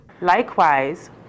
Likewise